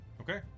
Okay